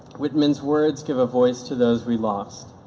whitman's words give a voice to those we lost